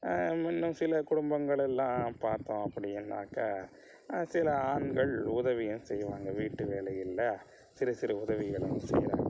இன்னும் சில குடும்பங்களெல்லாம் பார்த்தோம் அப்படின்னாக்கா சில ஆண்கள் உதவியும் செய்வாங்க வீட்டு வேலைகளில் சிறு சிறு உதவிகளும் செய்றாங்க